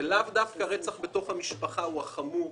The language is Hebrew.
ולאו דווקא רצח בתוך המשפחה הוא החמור